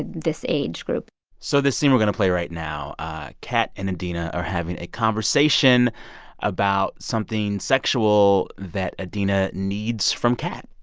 this age group so this scene we're going to play right now ah kat and and adena are having a conversation about something sexual that adena needs from kat